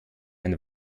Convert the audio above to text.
ein